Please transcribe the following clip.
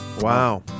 Wow